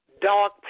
dark